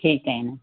ठीक आहे ना